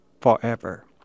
forever